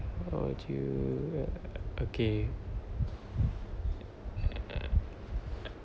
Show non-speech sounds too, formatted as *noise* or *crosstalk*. how do you okay *noise*